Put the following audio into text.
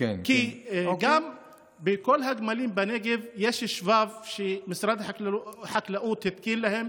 שלכל הגמלים בנגב יש שבב שמשרד החקלאות התקין להם.